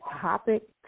topic